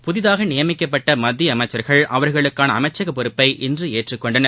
புதிதாக நியமிக்கப்பட்ட மத்திய அமைச்சர்கள் அவர்களுக்கான அமைச்சக பொறுப்பை இன்று ஏற்றுக்கொண்டனர்